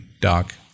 doc